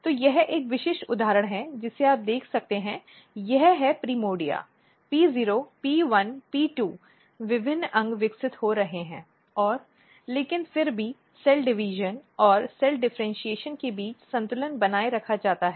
तो यह एक विशिष्ट उदाहरण है जिसे आप देख सकते हैं यह है प्रिमोर्डिया P0 P1 P2 विभिन्न अंग विकसित हो रहे हैं और लेकिन फिर भी कोशिका विभाजन और कोशिका डिफ़र्इन्शीएशन के बीच संतुलन बनाए रखा जाता है